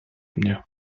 mnie